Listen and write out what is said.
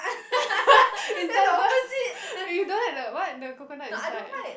inside got wait you don't like the what the coconut inside